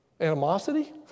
animosity